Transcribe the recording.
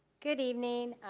good evening.